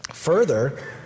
Further